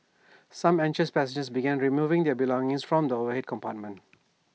some anxious passengers began removing their belongings from the overhead compartments